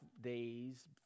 days